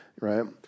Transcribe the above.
Right